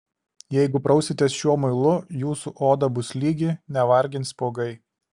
jeigu prausitės šiuo muilu jūsų oda bus lygi nevargins spuogai